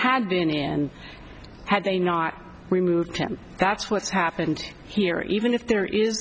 had been in had they not removed him that's what's happened here even if there is